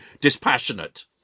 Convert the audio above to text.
dispassionate